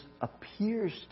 appears